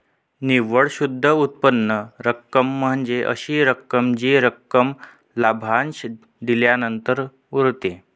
निव्वळ शुद्ध उत्पन्न रक्कम म्हणजे अशी रक्कम जी रक्कम लाभांश दिल्यानंतर उरते